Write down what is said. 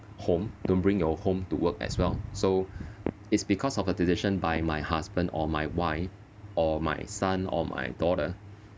home don't bring your home to work as well so it's because of a decision by my husband or my wife or my son or my daughter